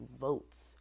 votes